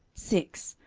six,